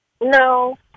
No